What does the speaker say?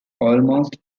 almost